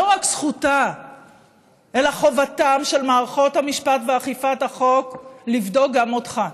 לא רק זכותן אלא חובתן של מערכות המשפט ואכיפת החוק לבדוק גם אותך.